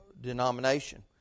denomination